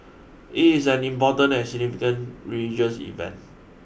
it is an important and significant religious event